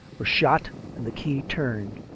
were shot and the key turned.